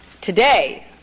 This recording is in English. Today